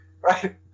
Right